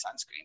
sunscreen